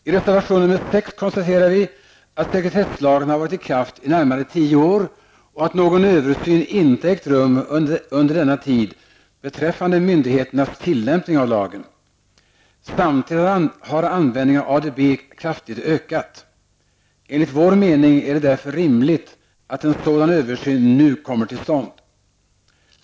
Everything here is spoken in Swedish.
I reservation nr 6 konstaterar vi, att sekretesslagen har varit i kraft i närmare tio år och att någon översyn inte ägt rum under denna tid beträffande myndigheternas tillämpning av lagen. Samtidigt har användningen av ADB kraftigt ökat. Enligt vår mening är det därför rimligt att en sådan översyn nu kommer till stånd.